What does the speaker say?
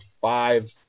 five